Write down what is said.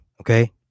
okay